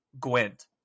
Gwent